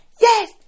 yes